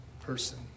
person